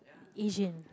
Asian